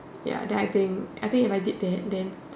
ya then I think I think if I did that then